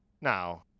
Now